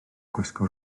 gwisgo